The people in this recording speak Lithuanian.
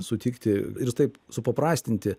sutikti ir taip supaprastinti